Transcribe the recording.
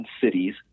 cities